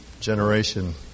generation